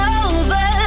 over